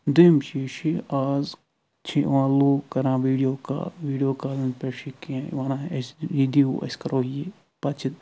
دۄیم چیٖز چھُ آز چھِ یِوان لوٗک کران ویڈیو کال ویٖڈیو کالن پٮ۪ٹھ چھُ کینٛہہ ونان اسہِ دِیِو أسۍ کرو یہِ